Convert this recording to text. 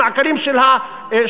המעגלים של השוליים.